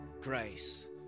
grace